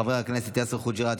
חבר הכנסת יאסר חוג'יראת,